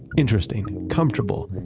interesting, comfortable,